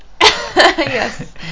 Yes